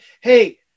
Hey